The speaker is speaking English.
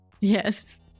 yes